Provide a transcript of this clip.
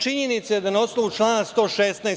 Činjenica je da na osnovu člana 116.